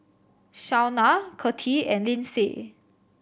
Shaunna Cathie and Lyndsay